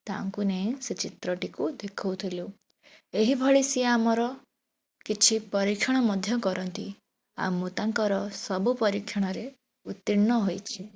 ତାଙ୍କୁ ନେଇ ସେ ଚିତ୍ରଟିକୁ ଦେଖାଉଥିଲୁ ଏହିଭଳି ସିଏ ଆମର କିଛି ପରୀକ୍ଷଣ ମଧ୍ୟ କରନ୍ତି ଆଉ ମୁଁ ତାଙ୍କର ସବୁ ପରୀକ୍ଷଣରେ ଉତ୍ତୀର୍ଣ୍ଣ ହୋଇଛି